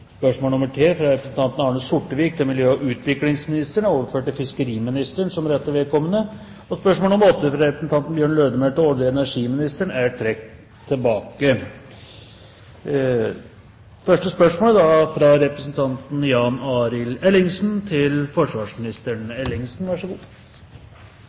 fra representanten Arne Sortevik til miljø- og utviklingsministeren, er overført til fiskeriministeren som rette vedkommende. Spørsmål 8, fra representanten Bjørn Lødemel til olje- og energiministeren, er trukket tilbake. Jeg ønsker å stille følgende spørsmål til